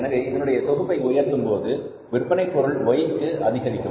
எனவே இதனுடைய தொகுப்பை உயர்த்தும் போது விற்பனை பொருள் Yக்கு அதிகரிக்கும்